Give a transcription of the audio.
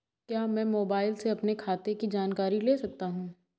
क्या मैं मोबाइल से अपने खाते की जानकारी ले सकता हूँ?